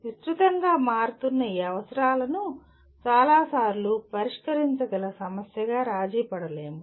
విస్తృతంగా మారుతున్న ఈ అవసరాలను చాలాసార్లు పరిష్కరించగల సమస్యగా రాజీపడలేము